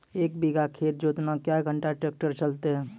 एक बीघा खेत जोतना क्या घंटा ट्रैक्टर चलते?